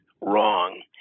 wrong